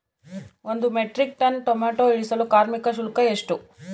ಒಂದು metric ton tomato ಇಳಿಸಲು ಕಾರ್ಮಿಕರ ಶುಲ್ಕ ಎಷ್ಟು?